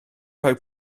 rhoi